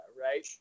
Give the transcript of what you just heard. right